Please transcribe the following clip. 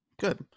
good